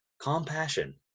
Compassion